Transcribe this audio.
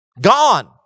Gone